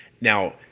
Now